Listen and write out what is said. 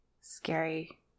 Scary